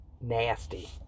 nasty